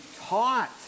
taught